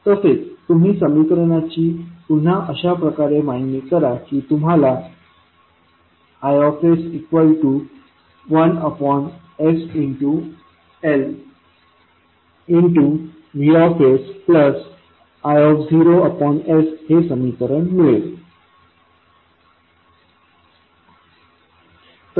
तसेच तुम्ही समीकरणाची पुन्हा अशा प्रकारे मांडणी करा की तुम्हाला Is1sLVsisहे समीकरण मिळेल